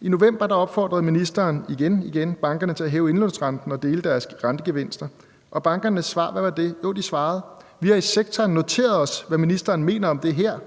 I november opfordrede ministeren igen igen bankerne til at hæve indlånsrenten og dele deres rentegevinster, og hvad var bankernes svar? De svarede: Vi har i sektoren noteret os, hvad ministeren mener om det her;